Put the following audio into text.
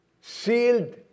sealed